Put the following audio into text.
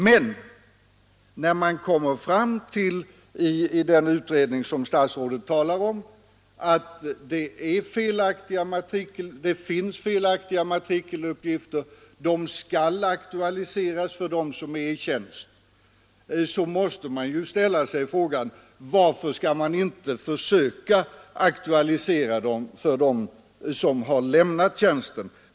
Men när den utredning som statsrådet talar om kommer fram till att det finns felaktiga matrikeluppgifter och dessa skall aktualiseras för dem som är i tjänst, så måste man ju ställa frågan: Varför inte försöka aktualisera uppgifterna också för dem som har lämnat tjänsten?